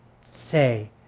say